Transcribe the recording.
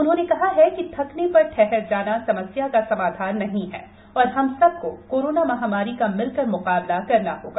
उन्होंन कहा है कि थकन पर ठहर जाना समस्या का समाधान नहीं है और हम सबको कोरोना महामारी का मिलकर मुकाबला करना होगा